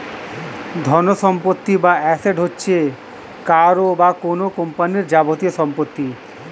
ধনসম্পত্তি বা অ্যাসেট হচ্ছে কারও বা কোন কোম্পানির যাবতীয় সম্পত্তি